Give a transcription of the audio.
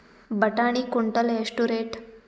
ಬಟಾಣಿ ಕುಂಟಲ ಎಷ್ಟು ರೇಟ್?